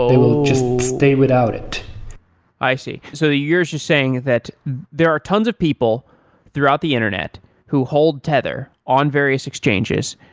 they will just stay without it i see. so you're just saying that there are tons of people throughout the internet who hold tether on various exchanges.